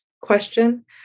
question